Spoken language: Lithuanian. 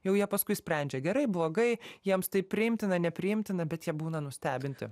jau jie paskui sprendžia gerai blogai jiems tai priimtina nepriimtina bet jie būna nustebinti